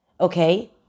Okay